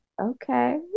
okay